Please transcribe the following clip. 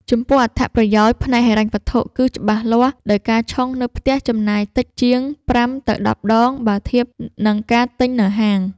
ចំពោះអត្ថប្រយោជន៍ផ្នែកហិរញ្ញវត្ថុគឺច្បាស់លាស់ ដោយការឆុងនៅផ្ទះចំណាយតិចជាង ៥ ទៅ ១០ ដង បើធៀបនឹងការទិញនៅហាង។